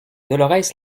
dolorès